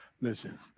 Listen